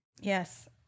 Yes